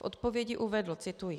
V odpovědi uvedl cituji: